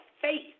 faith